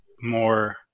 more